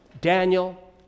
Daniel